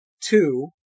two